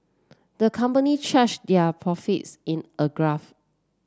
the company charts their profits in a graph